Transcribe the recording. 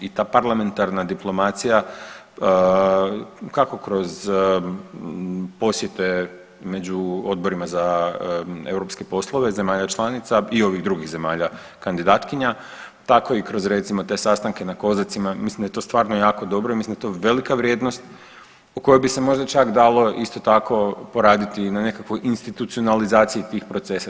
I ta parlamentarna diplomacija kako kroz posjete među odborima za europske poslove zemalja članica i ovih drugih zemalja kandidatkinja tako i kroz recimo kroz te sastanke na COSAC-ima, mislim da je to stvarno jako dobro i da je to velika vrijednost o kojoj bi se možda čak dalo isto tako poraditi na nekakvoj institucionalizaciji tih procesa.